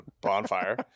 bonfire